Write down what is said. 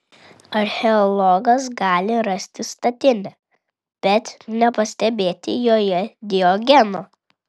archeologas gali rasti statinę bet nepastebėti joje diogeno